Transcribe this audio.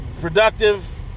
productive